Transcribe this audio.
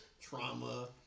trauma